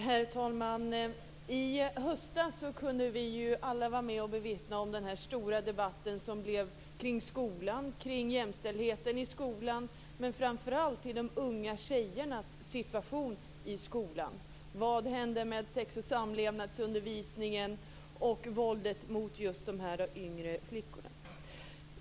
Herr talman! I höstas kunde vi alla bevittna den stora debatt som blev kring skolan, jämställdheten i skolan och framför allt kring de unga tjejernas situation i skolan. Vad hände med sex och samlevnadsundervisningen och våldet mot just de yngre flickorna?